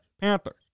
Panthers